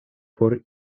por